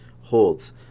holds